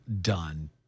done